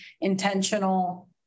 intentional